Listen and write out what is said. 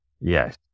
Yes